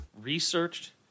researched